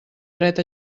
dret